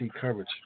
coverage